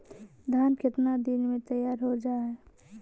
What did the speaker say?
धान केतना दिन में तैयार हो जाय है?